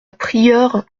prieure